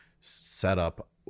setup